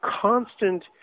constant